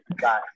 got